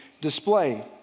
display